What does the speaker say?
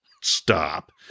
stop